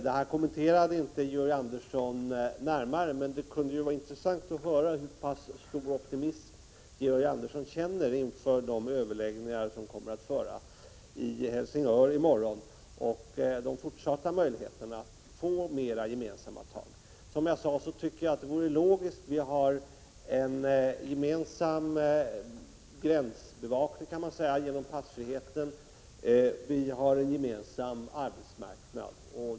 Detta kommenterade Georg Andersson inte närmare. Men det skulle vara intressant att få höra hur pass stor optimism Georg Andersson känner inför de överläggningar som i morgon skall äga rum i Helsingör när det gäller att åstadkomma ett gemensamt nordiskt ansvarstagande i detta avseende. Som jag sade tidigare tycker jag att detta vore logiskt. Vi har genom passfriheten en gemensam gränsbevakning, och vi har en gemensam arbetsmarknad.